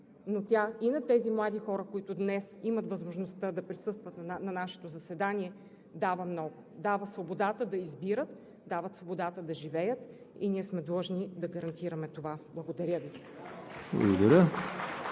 но тя на тези млади хора, които днес имат възможността да присъстват на нашето заседание, дава много – дава свободата да избират, дава свободата да живеят и ние сме длъжни да гарантираме това. Благодаря Ви.